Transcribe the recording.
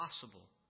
possible